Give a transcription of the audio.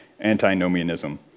antinomianism